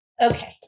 Okay